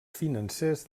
financers